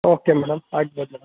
okay madam ಆಗ್ಬೋದು madam